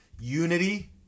Unity